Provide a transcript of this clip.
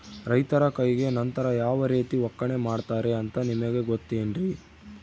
ರೈತರ ಕೈಗೆ ನಂತರ ಯಾವ ರೇತಿ ಒಕ್ಕಣೆ ಮಾಡ್ತಾರೆ ಅಂತ ನಿಮಗೆ ಗೊತ್ತೇನ್ರಿ?